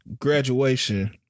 graduation